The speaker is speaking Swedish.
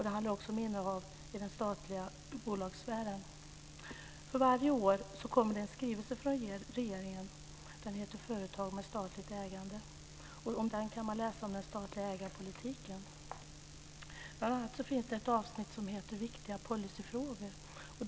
Det handlar också om innehav i den statliga bolagssfären. Varje år kommer en skrivelse från regeringen. Den heter Företag med statligt ägande. I den kan man läsa om den statliga ägarpolitiken. Bl.a. finns det ett avsnitt som heter Viktiga policyfrågor.